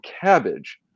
cabbage